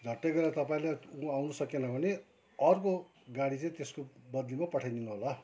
झट्टै गरेर तपाईँले उ आउनु सकेन भने अर्को गाडी चाहिँ त्यसको बदलीमा पठाइदिनु होला